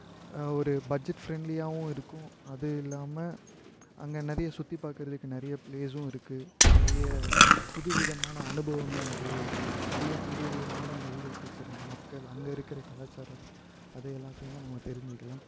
ஒரு பட்ஜெட் ஃப்ரெண்ட்லியாகவும் இருக்கும் அது இல்லாமல் அங்கே நிறைய சுற்றி பார்க்குறதுக்கு நிறைய ப்ளேஸும் இருக்குது நிறைய புது விதமான அனுபவங்கள் நிறைய இருக்கும் நிறைய புதுவிதமான மொழிகள் பேசுகிற மக்கள் அங்கே இருக்கிற கலாச்சாரம் அதை எல்லாத்தேயுமே நம்ம தெரிஞ்சுக்கலாம்